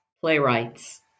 playwrights